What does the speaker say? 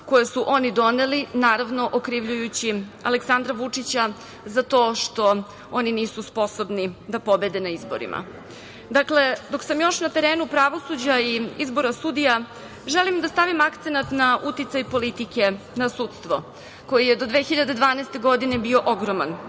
koje su oni doneli, naravno okrivljujući Aleksandra Vučića za to što oni nisu sposobni da pobede na izborima. Dakle, dok sam još na terenu pravosuđa i izbora sudija, želim da stavim akcenat na uticaj politike na sudstvo, koji je do 2012. godine bio ogroman,